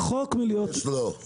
יש לו.